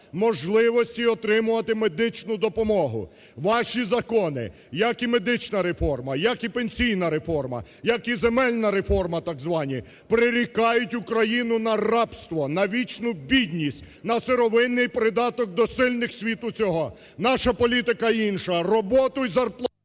можливості отримувати медичну допомогу. Ваші закони як і медична реформа, як і пенсійна реформа, як і земельна реформа так звані прирікають Україну на рабство, на вічну бідність, на сировинний придаток до сильних світу цього. Наша політика інша – роботу й зарплату…